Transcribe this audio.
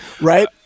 Right